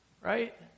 Right